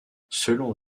selon